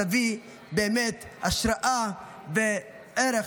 שתביא באמת השראה וערך,